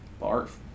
Barf